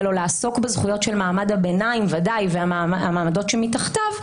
או לעסוק בזכויות של מעמד הביניים ודאי והמעמדות שמתחתיו,